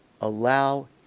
allow